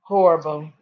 Horrible